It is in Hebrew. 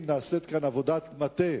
האם נעשית כאן עבודת מטה,